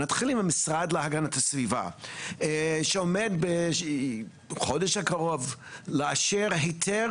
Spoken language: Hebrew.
נתחיל עם המשרד להגנת הסביבה שעומד בחודש הקרוב לאשר הייתר